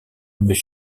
mrs